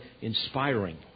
inspiring